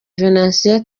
venantia